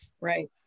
Right